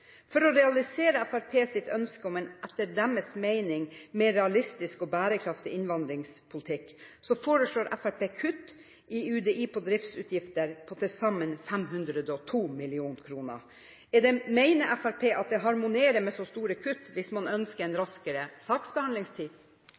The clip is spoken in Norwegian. For å realisere Fremskrittspartiets ønske om en, etter deres mening, mer realistisk og bærekraftig innvandringspolitikk foreslår Fremskrittspartiet kutt i driftsutgiftene til UDI på til sammen 502 mill. kr. Mener Fremskrittspartiet at det harmonerer med så store kutt hvis man ønsker en